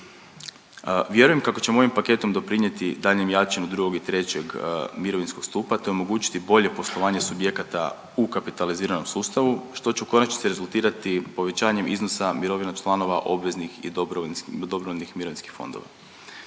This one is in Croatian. Vjerujem kako ćemo ovim paketom doprinjeti daljnjem jačanju II. i III. mirovinskog stupa, te omogućiti bolje poslovanje subjekata u kapitaliziranim sustavu, što će u konačnici rezultirati povećanjem iznosa mirovina članova obveznih i dobrovoljnih mirovinskih fondova.